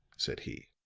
said he.